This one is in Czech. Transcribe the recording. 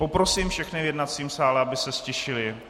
Poprosím všechny v jednacím sále, aby se ztišili.